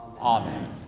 Amen